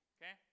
Okay